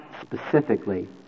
specifically